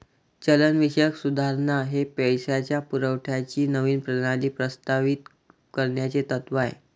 चलनविषयक सुधारणा हे पैशाच्या पुरवठ्याची नवीन प्रणाली प्रस्तावित करण्याचे तत्त्व आहे